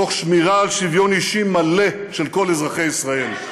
תוך שמירה על שוויון אישי מלא של כל אזרחי ישראל.